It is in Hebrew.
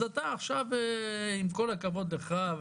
אז אתה עכשיו עם כל הכבוד לך,